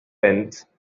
pence